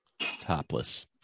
Topless